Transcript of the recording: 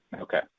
Okay